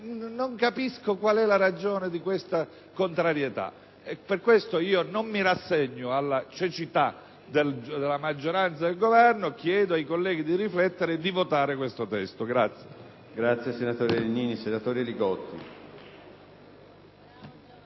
non capisco quale sia la ragione di questa contrarietà. Per questo non mi rassegno alla cecità della maggioranza e del Governo e chiedo ai colleghi di riflettere e di votare a favore